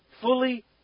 fully